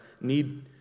need